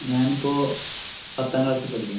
ഞാനിപ്പോൾ പത്താം ക്ലാസ്സിൽ പഠിക്കുകയാണ്